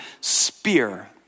spear